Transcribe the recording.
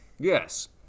Yes